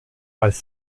als